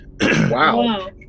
Wow